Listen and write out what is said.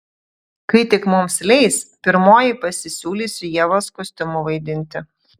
kai tik mums leis pirmoji pasisiūlysiu ievos kostiumu vaidinti